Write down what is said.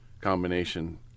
combination